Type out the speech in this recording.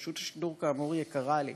רשות השידור, כאמור, יקרה לי,